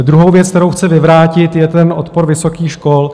Druhou věc, kterou chci vyvrátit, je ten odpor vysokých škol.